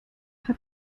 hat